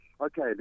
Okay